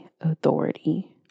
authority